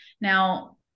now